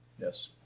Yes